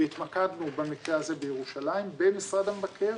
והתמקדנו במקרה הזה בירושלים במשרד המבקר,